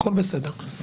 הכול בסדר.